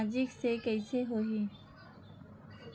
सामाजिक से कइसे होही?